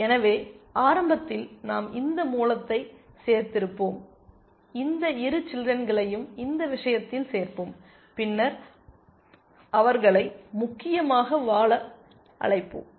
எனவே ஆரம்பத்தில் நாம் இந்த மூலத்தை சேர்த்திருப்போம் இந்த இரு சில்றென்களையும் இந்த விஷயத்தில் சேர்ப்போம் பின்னர் அவர்களை முக்கியமாக வாழ அழைப்போம்